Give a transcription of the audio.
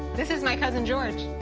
this is my cousin george.